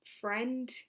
friend